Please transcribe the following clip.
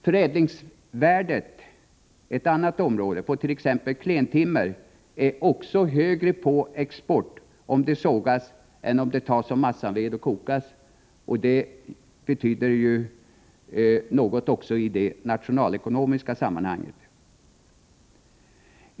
Förädlingsvärdet — ett annat område — på t.ex. klentimmer är också högre på export om timret sågas än om det tas som massaved och kokas. Det betyder något även i det nationalekonomiska sammanhanget.